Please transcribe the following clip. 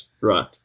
right